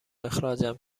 اخراجم